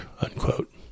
unquote